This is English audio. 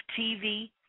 TV